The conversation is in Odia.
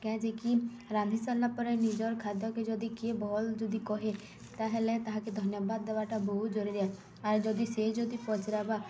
କେଁ ଯେ କି ରାନ୍ଧି ସାର୍ଲା ପରେ ନିଜର୍ ଖାଦ୍ୟକେ ଯଦି କିଏ ଭଲ୍ ଯଦି କହେ ତାହେଲେ ତାହାକେ ଧନ୍ୟବାଦ୍ ଦେବାର୍ଟା ବହୁତ୍ ଜରୁରି ଆଏ ଆର୍ ଯଦି ସେ ଯଦି ପଚ୍ରାବା